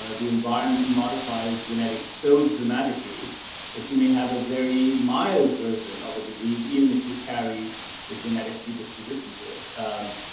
ah the environment modifies genetic so dramatically that you may have a very mild version of a disease even if you carry the genetic predisposition to it. um,